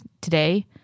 today